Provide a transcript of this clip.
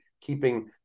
keeping